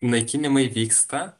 naikinimai vyksta